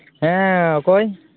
ᱦᱮᱸ ᱚᱠᱚᱭ